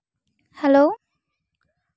hello